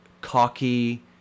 cocky